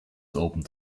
opened